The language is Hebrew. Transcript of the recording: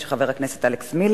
של חבר הכנסת אלכס מילר.